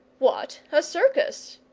what, a circus!